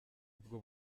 ubwo